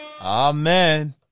Amen